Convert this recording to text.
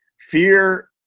Fear